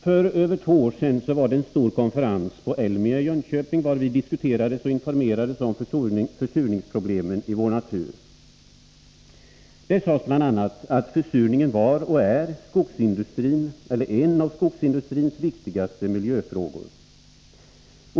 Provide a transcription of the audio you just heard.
För över två år sedan var det en stor konferens på ELMIA i Jönköping, varvid diskuterades och informerades om försurningsproblemen i vår natur. Där sades bl.a. att försurningen var och är en av skogsindustrins viktigaste miljöfrågor.